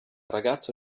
ragazzo